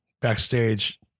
backstage